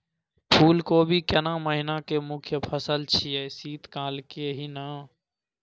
फुल कोबी केना महिना के मुखय फसल छियै शीत काल के ही न?